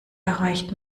erreicht